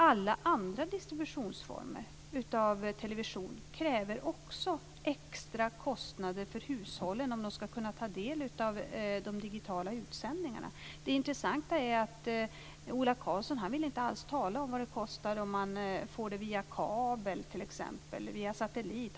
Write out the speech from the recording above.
Alla andra former för distribution av television medför också extra kostnader för hushållen om de ska kunna ta del av de digitala utsändningarna. Det intressanta är att Ola Karlsson inte alls vill tala om vad det kostar via t.ex. kabel eller satellit.